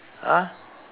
!huh!